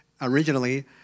originally